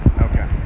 Okay